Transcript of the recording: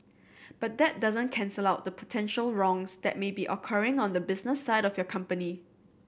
but that doesn't cancel out the potential wrongs that may be occurring on the business side of your company